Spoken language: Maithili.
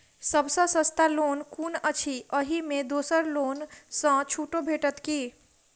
सब सँ सस्ता लोन कुन अछि अहि मे दोसर लोन सँ छुटो भेटत की?